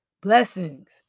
blessings